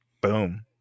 boom